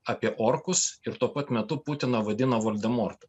apie orkus ir tuo pat metu putiną vadina voldemortu